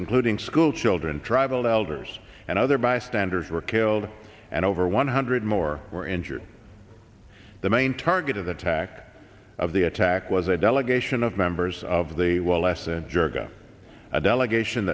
including schoolchildren tribal elders and other bystanders were killed and over one hundred more were injured the main target of the attack of the attack was a delegation of members of the well s and jirga a delegation